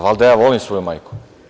Valjda ja volim svoju majku.